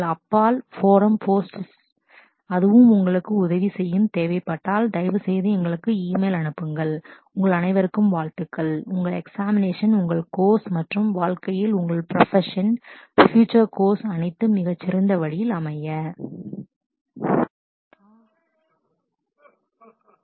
நீங்கள் அப்பால் போரோம் போஸ்ட் அதுவும் உங்களுக்கு உதவி செய்யும் தேவைப்பட்டால் தயவுசெய்து எங்களுக்கு ஈமெயில் Email அனுப்புங்கள் உங்கள் எக்ஸாமினேஷன் உங்கள் கோர்ஸ் மற்றும் வாழ்க்கையில் உங்கள் ப்ரபஷன் profession பியூச்சர் கோர்ஸ் அனைத்தும் மிக சிறந்த வழியில் அமைய உங்கள் அனைவருக்கும் வாழ்த்துக்கள்